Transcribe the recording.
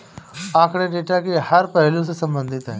आंकड़े डेटा के हर पहलू से संबंधित है